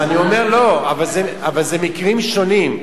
אז אני אומר, לא, אבל אלה מקרים שונים.